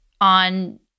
on –